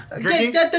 drinking